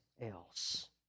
else